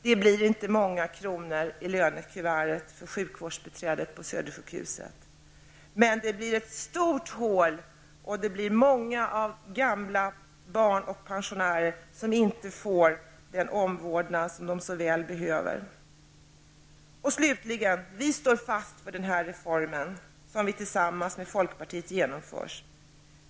Det blir inte många ören mer i kuvertet för sjukvårdsbiträdet på Södersjukhuset, men det blir ett stort hål i den kommunala kassan. Många gamla, barn och pensionärer får inte den omvårdnad som de så väl behöver. Slutligen: Vi står fast vid den skattereform som vi tillsammans med folkpartiet genomfört.